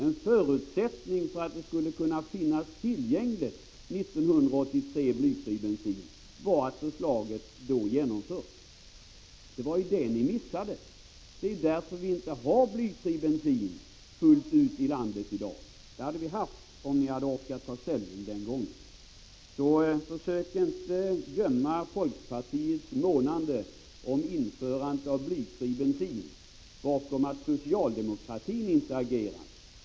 En förutsättning för att blyfri bensin skulle kunna finnas tillgänglig 1983 var att förslaget då genomförts. Det var ju det ni missade. Det är därför vi inte har blyfri bensin fullt ut i landet i dag. Det hade vi haft om ni hade orkat ta ställning den gången. Försök inte gömma folkpartiets månande om införandet av blyfri bensin bakom påståendet att socialdemokraterna inte agerar.